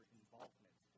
involvement